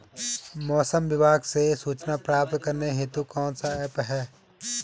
मौसम विभाग से सूचना प्राप्त करने हेतु कौन सा ऐप है?